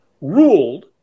ruled